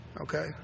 okay